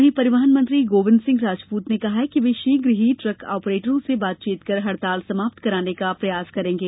वहीं परिवहन मंत्री गोविन्द सिंह राजपूत ने कहा है कि वे शीघ्र ही ट्रक आपरेटरों से बातचीत कर हड़ताल समाप्त कराने का प्रयास करेंगे